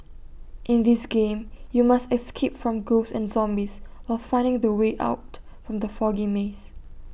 in this game you must escape from ghosts and zombies while finding the way out from the foggy maze